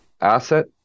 asset